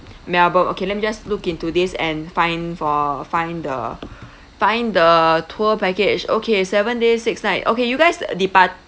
melbourne okay let me just look into this and find for find the find the tour package okay seven days six nights okay you guys depart